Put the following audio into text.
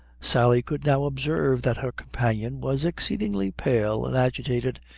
sally could now observe that her companion was exceedingly pale and agitated,